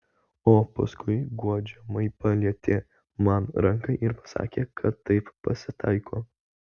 o paskui guodžiamai palietė man ranką ir pasakė kad taip pasitaiko